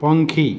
પંખી